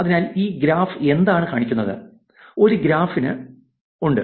അതിനാൽ ഈ ഗ്രാഫ് എന്താണ് കാണിക്കുന്നത് ഒരു ഗ്രാഫിന് ഉണ്ട്